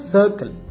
Circle